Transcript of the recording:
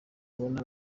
ubona